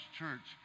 church